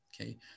okay